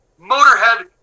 Motorhead